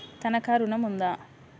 తనఖా ఋణం ఉందా?